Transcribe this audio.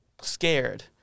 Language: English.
scared